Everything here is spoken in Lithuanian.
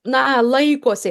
na laikosi